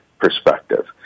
perspective